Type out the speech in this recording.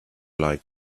like